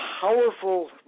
powerful